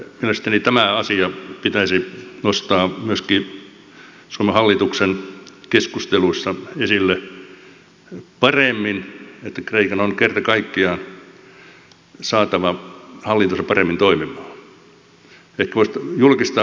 mielestäni tämä asia pitäisi nostaa myöskin suomen hallituksen keskusteluissa esille paremmin että kreikan on kerta kaikkiaan saatava hallintonsa paremmin toimimaan